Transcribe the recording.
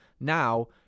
Now